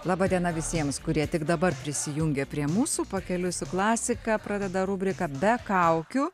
laba diena visiems kurie tik dabar prisijungė prie mūsų pakeliui su klasika pradeda rubrika be kaukių